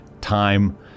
time